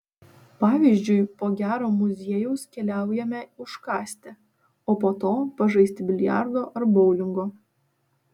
pavyzdžiui po gero muziejaus keliaujame užkąsti o po to pažaisti biliardo ar boulingo